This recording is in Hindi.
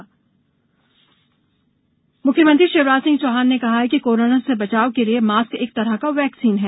सेवा सम्मान कार्यक्रम मुख्यमंत्री शिवराज सिंह चौहान ने कहा है कि कोरोना से बचाव के लिए मास्क एक तरह की वैक्सीन है